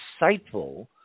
insightful